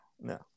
no